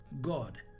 God